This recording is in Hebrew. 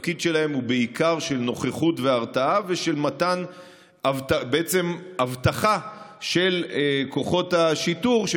התפקיד שלהם הוא בעיקר של נוכחות והרתעה ומתן אבטחה לכוחות השיטור,